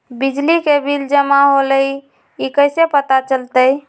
बिजली के बिल जमा होईल ई कैसे पता चलतै?